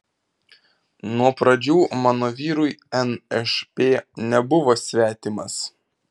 nuo pradžių mano vyrui nšp nebuvo svetimas